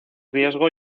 riesgo